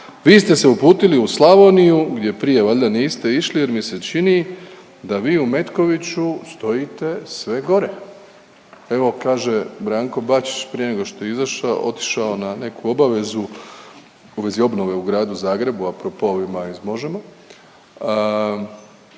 Vi ste se uputili u Slavoniju gdje prije valjda niste išli jer mi se čini da vi u Metkoviću stojite sve gore. Evo kaže Branko Bačić prije nego što je izašao, otišao na neku obavezu u vezi obnove u gradu Zagrebu, a propos ovima iz Možemo,